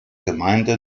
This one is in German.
gemeinde